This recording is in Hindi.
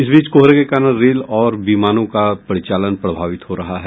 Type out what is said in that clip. इस बीच कोहरे के कारण रेल और विमानों का परिचालन प्रभावित हो रहा है